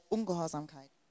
Ungehorsamkeit